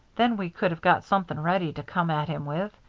then we could have got something ready to come at him with.